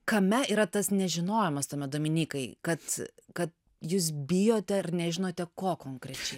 kame yra tas nežinojimas tame dominykai kad kad jūs bijote ar nežinote ko konkrečiai